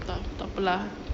tak takpe lah